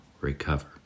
recover